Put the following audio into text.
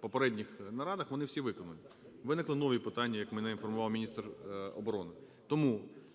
попередніх нарадах, вони всі виконані. Виникли нові питання, як мене інформував міністр оборони.